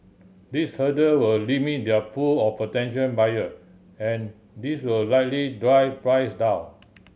these hurdle will limit their pool of potential buyer and this will likely drive price down